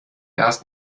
erst